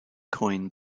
coin